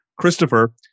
Christopher